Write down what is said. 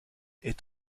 est